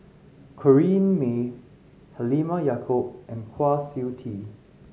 Corrinne May Halimah Yacob and Kwa Siew Tee